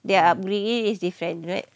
their upbringing is different right